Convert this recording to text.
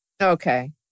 Okay